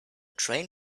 train